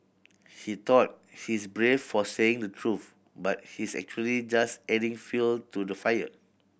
he thought he's brave for saying the truth but he's actually just adding fuel to the fire